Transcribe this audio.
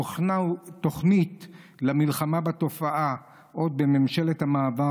הוכנה תוכנית למלחמה בתופעה עוד בממשלת המעבר,